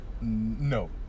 No